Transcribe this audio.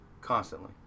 constantly